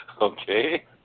okay